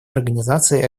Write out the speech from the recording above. организации